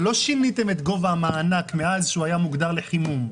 אבל לא שיניתם את גובה המענק מאז שהוא היה מוגדר לחימום.